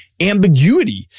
ambiguity